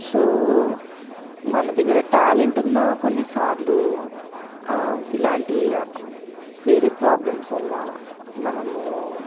so మన దగ్గర talent ఉన్నా కొన్నిసార్లు ఇలాంటి వేరే ప్రాబ్లమ్స్ వల్ల మనము